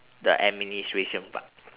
the administration part